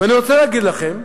ואני רוצה להגיד לכם,